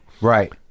Right